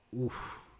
oof